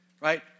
right